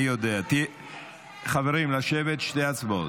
אני יודע חברים, לשבת, יש שתי הצבעות.